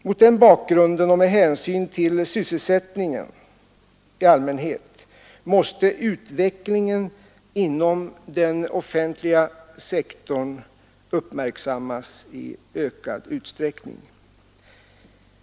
Mot den bakgrunden och med hänsyn till sysselsättningen i allmänhet måste utvecklingen inom den offentliga sektorn uppmärksammas i ökad utsträckning.